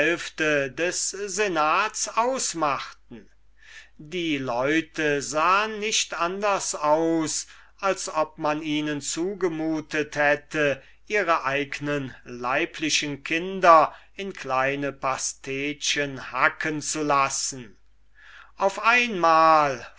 des senats ausmachten die leute sahen nicht anders aus als ob man ihnen zugemutet hätte ihre eignen leiblichen kinder in kleine pastetchen hacken zu lassen auf einmal